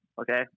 Okay